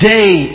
Day